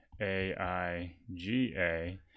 AIGA